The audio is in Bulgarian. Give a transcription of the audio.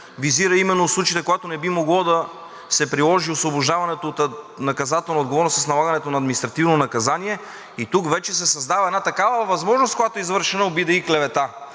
визира именно случаите, когато не би могло да се приложи освобождаването от наказателна отговорност с налагането на административно наказание, и тук вече се създава една такава възможност, когато е извършена обида и клевета.